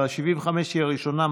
אבל 75 היא הראשונה,